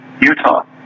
Utah